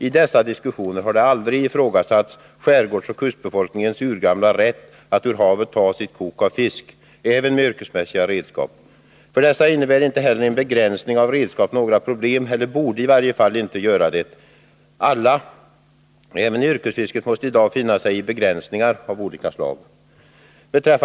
I dessa diskussioner har aldrig ifrågasatts skärgårdsoch kustbefolkningens urgamla rätt att ur havet ta sitt kok av fisk även med yrkesmässiga redskap. För dessa innebär inte heller en begränsning av redskap några problem eller borde i varje fall inte göra det. Alla — även yrkesfisket — måste i dag finna sig i begränsningar av olika slag.